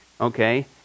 Okay